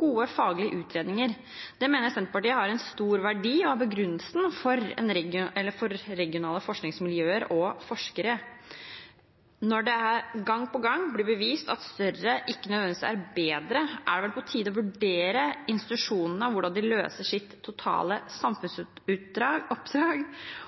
gode faglige utredninger. Det mener Senterpartiet har en stor verdi og er begrunnelsen for regionale forskningsmiljøer og forskere. Når det gang på gang blir bevist at større ikke nødvendigvis er bedre, er det vel på tide å vurdere institusjonene og hvordan de løser sitt totale samfunnsoppdrag,